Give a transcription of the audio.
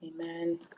Amen